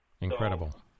Incredible